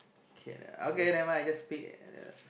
okay never mind just ah